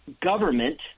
government